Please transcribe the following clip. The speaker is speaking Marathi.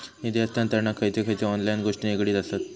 निधी हस्तांतरणाक खयचे खयचे ऑनलाइन गोष्टी निगडीत आसत?